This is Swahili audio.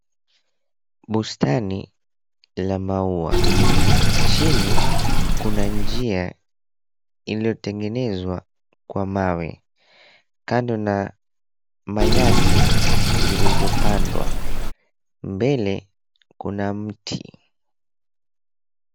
Bustani la maua, chini kuna njia iliotengenezwa kwa mawe. Kando na manyasi zilizopandwa, mbele kuna mti.